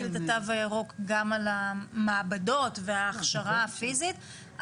את התו הירוק גם על המעבדות וההכשרה הפיזית.